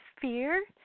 fear